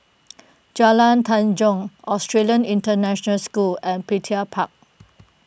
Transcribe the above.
Jalan Tanjong Australian International School and Petir Park